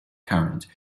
current